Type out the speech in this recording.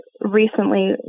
recently